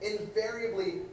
invariably